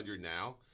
now